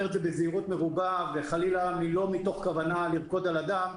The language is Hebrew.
את זה בזהירות מרובה וחלילה לא מתוך כוונה לרקוד על הדם,